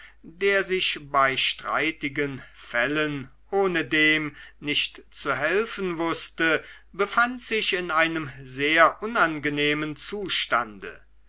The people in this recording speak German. der sich bei streitigen fällen ohnehin nicht zu helfen wußte befand sich in einem sehr unangenehmen zustande